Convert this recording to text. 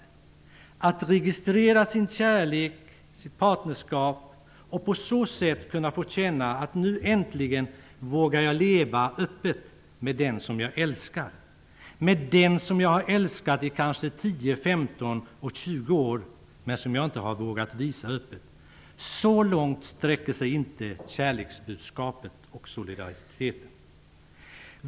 De homosexuella skall inte tillerkännas rätten att få registrera sin kärlek, sitt partnerskap och på så sätt kunna få känna att de nu äntligen vågar leva öppet med den som de älskar, med den som de har älskat i kanske 10, 15 och 20 år, men som de inte har vågat att visa öppet. Så långt sträcker sig inte kärleksbudskapet och solidariteten.